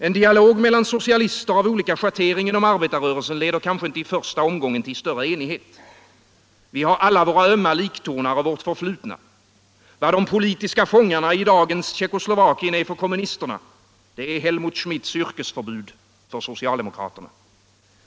En dialog mellan socialister av olika schattering inom arbetarrörelsen leder kanske inte i första omgången till större enighet. Vi har alla våra ömma liktornar och vårt förflutna. Vad de politiska fångarna i dagens Tjeckoslovakien är för kommunisterna, det är Helmut Schmidts yrkesförbud för socialdemokraterna.